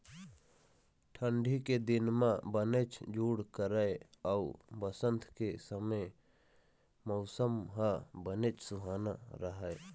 ठंडी के दिन म बनेच जूड़ करय अउ बसंत के समे मउसम ह बनेच सुहाना राहय